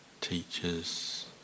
teachers